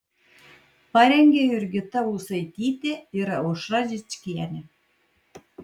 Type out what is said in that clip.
parengė jurgita ūsaitytė ir aušra žičkienė